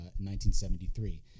1973